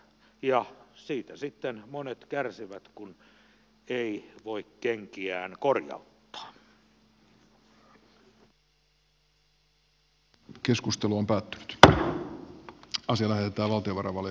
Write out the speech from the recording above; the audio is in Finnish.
ja siitä sitten monet kärsivät kun ei voi kenkiään korjauttaa